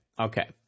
okay